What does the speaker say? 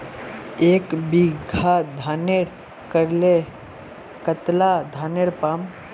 एक बीघा धानेर करले कतला धानेर पाम?